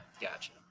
gotcha